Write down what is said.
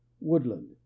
Woodland